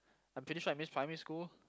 I'm pretty sure I miss primary school